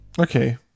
Okay